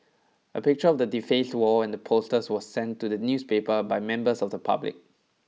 a picture of the defaced wall and the posters was sent to the newspaper by members of the public